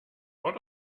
wort